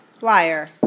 Liar